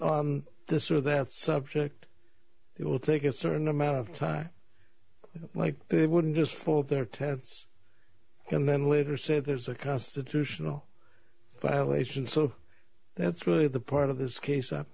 questions this or that subject it will take a certain amount of time like they wouldn't just for their tests and then later say there's a constitutional violation so that's really the part of this case